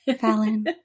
Fallon